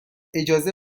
اجازه